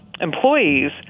employees